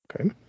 Okay